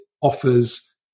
offers